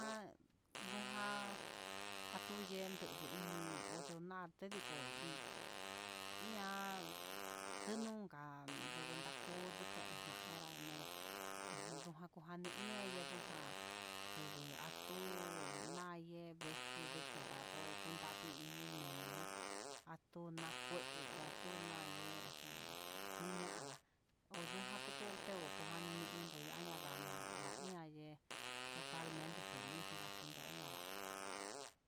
Nda'a ndujan atuyen nduku ini, onduna tediko ihá ndunkan ndukunaku ndukunaí, erano ujun nduku nukani ihá, he yendo já nduguu atu nayee nvuejigo refrijerador, condavii iin me'e, atunikue o atun'nayejo, ujun ñara'á onduja tuteo oja tukani ini, ndoñana nrá ndo ina yee totalmente feliz achindo anrá.